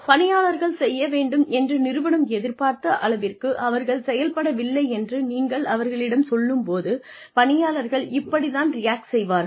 பணியாளர்கள் செய்ய வேண்டும் என்று நிறுவனம் எதிர்பார்த்த அளவிற்கு அவர்கள் செயல்படவில்லை என்று நீங்கள் அவர்களிடம் சொல்லும் போது பணியாளர்கள் இப்படி தான் ரியாக்ட் செய்வார்கள்